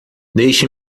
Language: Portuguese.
deixe